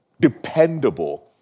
dependable